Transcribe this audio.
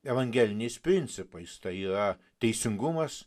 evangeliniais principais tai yra teisingumas